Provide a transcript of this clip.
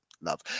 love